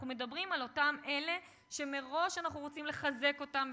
אנחנו מדברים על אלה שמראש אנחנו רוצים לחזק אותם,